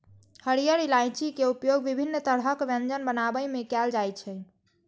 हरियर इलायची के उपयोग विभिन्न तरहक व्यंजन बनाबै मे कैल जाइ छै